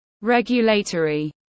regulatory